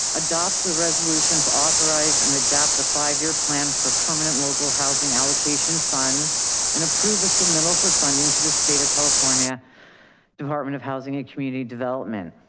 adopt the resolution to authorize and adapt a five year plan for permanent local housing allocation funds and approve a submittal for funding to the state of california department of housing and community development